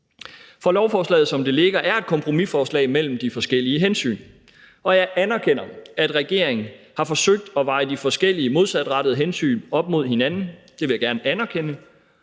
For lovforslaget, som det ligger, er et kompromisforslag imellem de forskellige hensyn, og jeg anerkender, at regeringen har forsøgt at veje de forskellige modsatrettede hensyn op mod hinanden. Det vil jeg gerne anerkende,